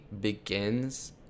begins